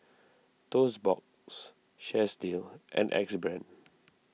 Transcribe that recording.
Toast Box Chesdale and Axe Brand